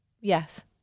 Yes